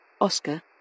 Oscar